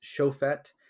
shofet